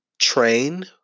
train